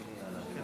אה, זה לנמק מהצד?